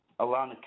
Alana